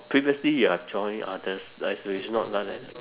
previously you have join others done at